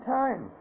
time